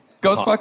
Ghost